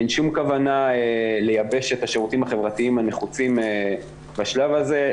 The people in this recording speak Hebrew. אין שום כוונה לייבש את השירותים החברתיים הנחוצים בשלב הזה,